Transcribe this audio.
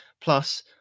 plus